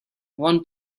want